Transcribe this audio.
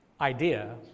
idea